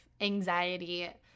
anxiety